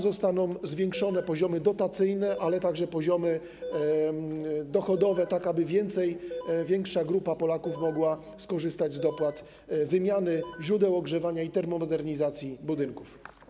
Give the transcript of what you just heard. Zostaną tam zwiększone poziomy dotacyjne, ale także poziomy dochodowe, tak aby większa grupa Polaków mogła skorzystać z dopłat wymiany źródeł ogrzewania i termomodernizacji budynków.